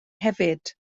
hefyd